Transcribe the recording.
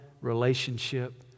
relationship